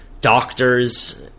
doctors